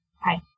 Hi